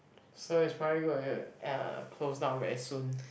so it's probably going to ya close down very soon